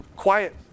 Quiet